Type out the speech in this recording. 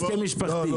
"הסכם משפחתי",